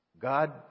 God